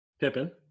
Pippin